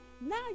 now